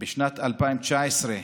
בשנת 2019,